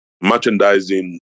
Merchandising